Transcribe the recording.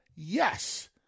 Yes